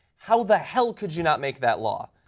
how the hell could you not make that law?